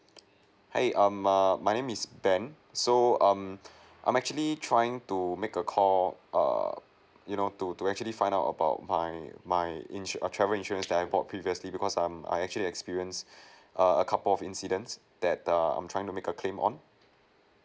hi um err my name is ben so um I'm actually trying to make a call err you know to to actually find out about my my insur~ travel insurance that I bought previously because um I actually experience err a couple of incidents that err I'm trying to make a claim on